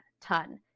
ton